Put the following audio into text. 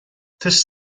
this